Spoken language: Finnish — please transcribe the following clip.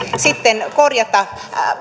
sitten korjata